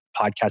Podcast